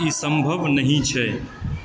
ई सम्भव नहि छै